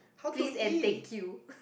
please and thank you